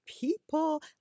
people